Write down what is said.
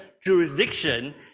jurisdiction